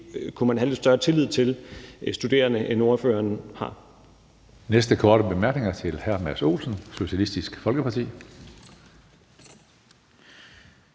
kunne man have lidt større tillid til studerende, end ordføreren har.